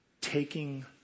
Taking